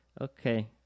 okay